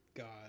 god